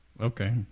okay